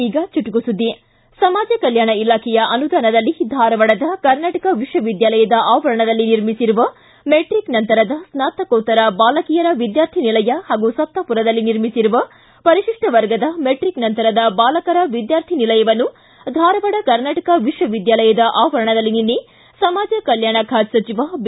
ಈಗ ಚುಟುಕು ಸುದ್ದಿ ಸಮಾಜ ಕಲ್ಕೂಣ ಇಲಾಖೆಯ ಅನುದಾನದಲ್ಲಿ ಧಾರವಾಡದ ಕರ್ನಾಟಕ ವಿಶ್ವವಿದ್ಯಾಲಯದ ಆವರಣದಲ್ಲಿ ನಿರ್ಮಿಸಿರುವ ಮೆಟ್ರಿಕ್ ನಂತರದ ಸ್ನಾತಕೋತ್ತರ ಬಾಲಕಿಯರ ವಿದ್ಯಾರ್ಥಿ ನಿಲಯ ಪಾಗೂ ಸಪ್ತಾಪೂರದಲ್ಲಿ ನಿರ್ಮಿಸಿರುವ ಪರಿಶಿಷ್ಟ ವರ್ಗದ ಮೆಟ್ರಿಕ್ ನಂತರದ ಬಾಲಕರ ವಿದ್ಕಾರ್ಥಿ ನಿಲಯವನ್ನು ಧಾರವಾಡ ಕರ್ನಾಟಕ ವಿಶ್ವವಿದ್ಮಾಲಯದ ಆವರಣದಲ್ಲಿ ನಿನ್ನೆ ಸಮಾಜ ಕಲ್ಮಾಣ ಖಾತೆ ಸಚಿವ ಬಿ